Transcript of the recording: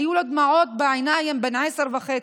היו לו דמעות בעיניים, בן עשר וחצי.